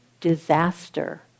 disaster